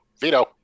Veto